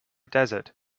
desert